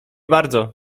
bardzo